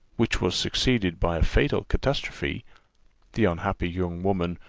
which was succeeded by a fatal catastrophe the unhappy young woman,